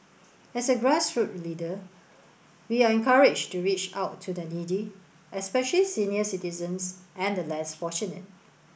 as a grassroots leader we are encouraged to reach out to the needy especially senior citizens and the less fortunate